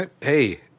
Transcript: Hey